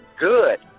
Good